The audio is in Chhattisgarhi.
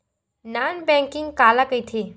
नॉन बैंकिंग काला कइथे?